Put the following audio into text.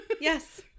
Yes